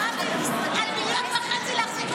מיליון וחצי להחזיק אותם,